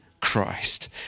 Christ